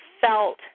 felt